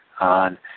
on